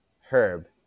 herb